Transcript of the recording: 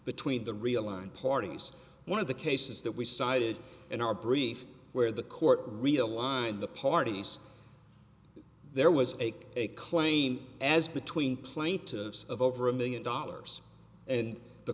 between the realigned parties one of the cases that we cited in our brief where the court realigned the parties there was a claim as between playing of over a million dollars and the